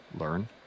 learn